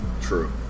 True